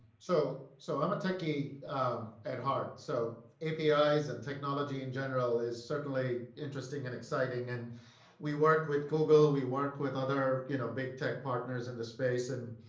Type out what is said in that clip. so, so i'm a techie at heart. so api's and technology in general is certainly interesting and exciting and we work with google. we work with other, you know, big tech partners in the space and